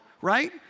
right